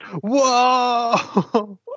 Whoa